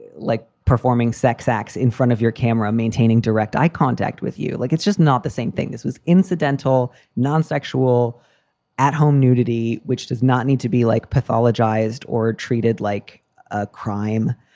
like performing sex acts in front of your camera, maintaining direct eye contact with you, like it's just not the same thing. this was incidental, non-sexual at home nudity, which does not need to be like mythologised or treated like a crime.